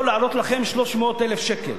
יכול לעלות לכם 300,000 שקל,